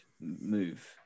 move